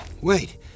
Wait